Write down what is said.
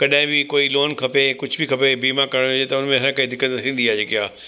कॾहिं बि कोई लोन खपे कुझु बि खपे बीमा करण जे त हुन में काई दिक़त न थींदी आहे जेकी आहे